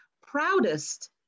proudest